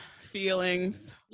feelings